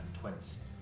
Twins